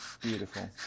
Beautiful